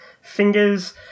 fingers